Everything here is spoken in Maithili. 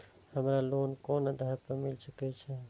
हमरा लोन कोन आधार पर मिल सके छे?